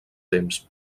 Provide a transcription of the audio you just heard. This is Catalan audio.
temps